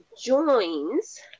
joins